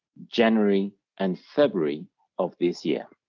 january and february of this year.